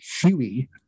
huey